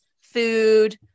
food